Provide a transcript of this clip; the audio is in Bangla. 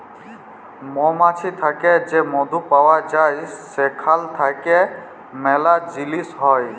মমাছি থ্যাকে যে মধু পাউয়া যায় সেখাল থ্যাইকে ম্যালা জিলিস হ্যয়